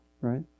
right